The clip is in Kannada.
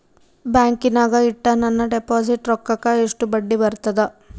ಬ್ಯಾಂಕಿನಾಗ ಇಟ್ಟ ನನ್ನ ಡಿಪಾಸಿಟ್ ರೊಕ್ಕಕ್ಕ ಎಷ್ಟು ಬಡ್ಡಿ ಬರ್ತದ?